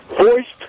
Voiced